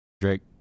Drake